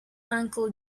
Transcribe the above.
uncle